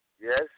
Yes